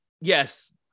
yes